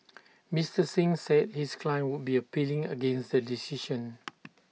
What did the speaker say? Mister Singh said his client would be appealing against the decision